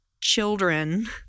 children